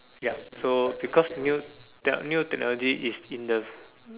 ya so because new they are new technology is in the